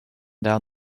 down